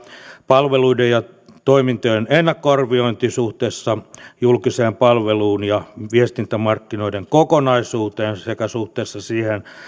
palveluiden ja toimintojen ennakkoarviointi suhteessa julkiseen palveluun ja viestintämarkkinoiden kokonaisuuteen sekä suhteessa siihen